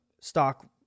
stock